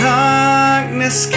darkness